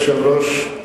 אדוני היושב-ראש,